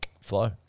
flow